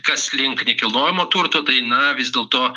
kas link nekilnojamo turto tai na vis dėl to